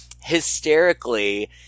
hysterically